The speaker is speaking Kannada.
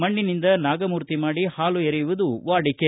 ಮಣ್ಣಿನಿಂದ ನಾಗ ಮೂರ್ತಿ ಮಾಡಿ ಹಾಲು ಎರೆಯುವುದು ವಾಡಿಕೆ